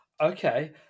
Okay